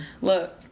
Look